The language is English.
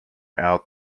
out